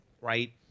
right